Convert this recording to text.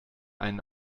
einen